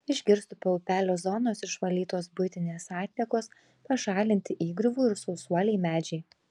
iš girstupio upelio zonos išvalytos buitinės atliekos pašalinti įgriuvų ir sausuoliai medžiai